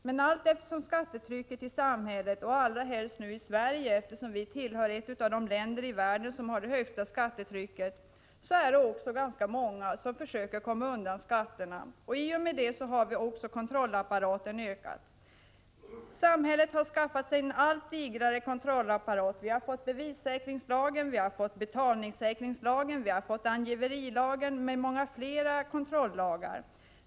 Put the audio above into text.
Men allteftersom skattetrycket i samhället stiger — allra helst i Sverige, eftersom vi tillhör de länder i världen som har det högsta skattetrycket — är det ganska många som försöker komma undan från skatterna. I och med det har också kontrollapparaten ökat. Samhället har skaffat sig en allt digrare kontrollapparat. Vi har fått bevissäkringslagen, betalningssäkringslagen, angiverilagen och många fler kontrollagar.